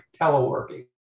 teleworking